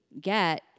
get